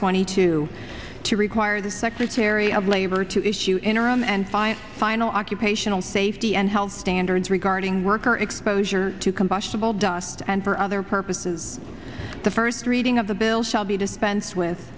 twenty two to require the secretary of labor to issue interim and finance final occupational safety and health standards regarding worker exposure to combustible dust and for other purposes the first reading of the bill shall be dispensed with